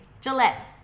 Gillette